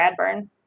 Radburn